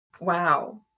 Wow